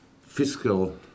fiscal